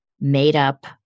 made-up